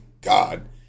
God